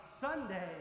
Sunday